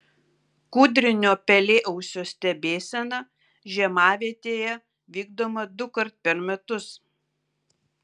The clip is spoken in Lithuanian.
kūdrinio pelėausio stebėsena žiemavietėje vykdoma dukart per metus